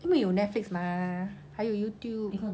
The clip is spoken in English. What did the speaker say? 因为有 netflix mah 还有 youtube